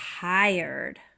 tired